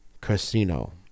Casino